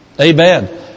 Amen